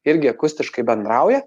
irgi akustiškai bendrauja